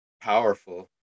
powerful